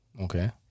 Okay